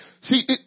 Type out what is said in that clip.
See